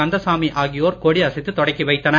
கந்தசாமி ஆகியோர் கொடியசைத்து தொடக்கி வைத்தனர்